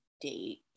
date